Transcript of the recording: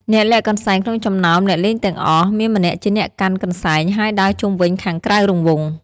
អ្នកលាក់កន្សែងក្នុងចំណោមអ្នកលេងទាំងអស់ មានម្នាក់ជាអ្នកកាន់ កន្សែង ហើយដើរជុំវិញខាងក្រៅរង្វង់ ។